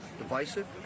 Divisive